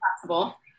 possible